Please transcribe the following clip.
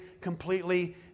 completely